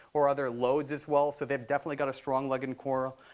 or other loads as well. so they've definitely got a strong leg and core.